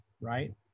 right